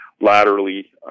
laterally